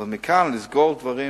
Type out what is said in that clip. אבל מכאן ועד לסגור דברים?